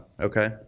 Okay